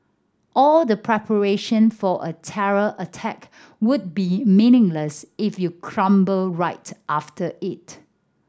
all the preparation for a terror attack would be meaningless if you crumble right after it